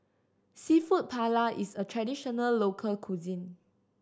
Seafood Paella is a traditional local cuisine